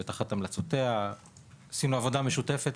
תחת המלצותיה עשינו עבודה משותפת,